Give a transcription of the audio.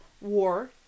war